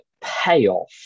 payoff